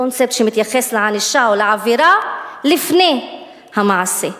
לקונספט שמתייחס לענישה או לעבירה לפני המעשה.